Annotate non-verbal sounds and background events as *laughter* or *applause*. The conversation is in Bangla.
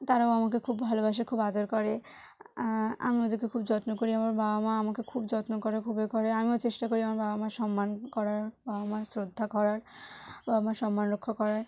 তারাও আমাকে খুব ভালোবাসে খুব আদর করে আমি ওদেরকে খুব যত্ন করি আমার বাবা মা আমাকে খুব যত্ন করে খুব *unintelligible* করে আমিও চেষ্টা করি আমার বাবা মার সম্মান করার বাবা মার শ্রদ্ধা করার বাবা মার সম্মান রক্ষা করার